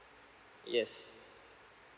yes